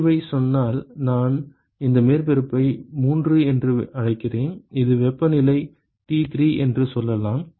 உமிழ்வைச் சொன்னால் நான் இந்த மேற்பரப்பை 3 என்று அழைக்கிறேன் இது வெப்பநிலை T3 என்று சொல்லலாம்